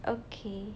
okay